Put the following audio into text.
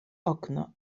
okno